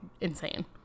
insane